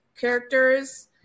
characters